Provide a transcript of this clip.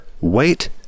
wait